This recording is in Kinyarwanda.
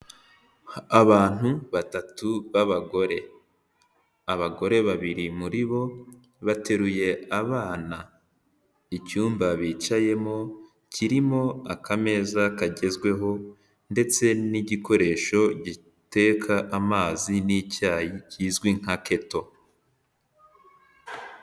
Abantu batatu b'abagore, abagore babiri muri bo bateruye abana, icyumba bicayemo kirimo akameza kagezweho, ndetse n'igikoresho giteka amazi n'icyayi kizwi nka keto.